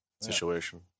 situation